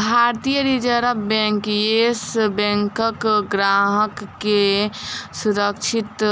भारतीय Reserve Bank, Yes बैंकक ग्राहक के सुरक्षित